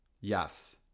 Yes